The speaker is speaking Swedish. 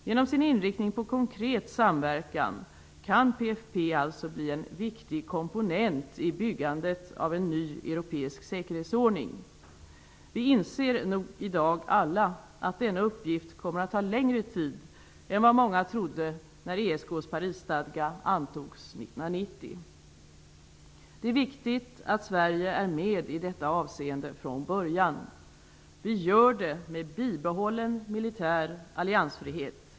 Genom sin inriktning på konkret samverkan kan alltså PFF bli en viktig komponent i byggandet av en ny europeisk säkerhetsordning. Vi inser nog i dag alla att denna uppgift kommer att ta längre tid än vad många trodde när ESK:s Det är viktigt att Sverige från början är med i detta avseende. Vi deltar med bibehållen militär alliansfrihet.